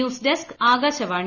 news desk Akashvani